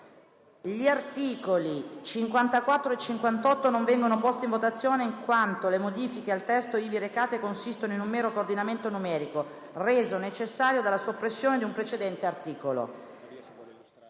dal Senato, non viene posto in votazione in quanto le modifiche al testo ivi recate consistono in un mero coordinamento numerico, reso necessario dalla soppressione di un precedente articolo.